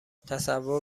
تصور